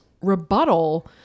rebuttal